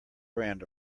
brand